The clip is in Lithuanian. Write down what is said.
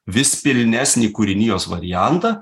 vis pilnesnį kūrinijos variantą